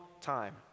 time